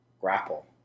grapple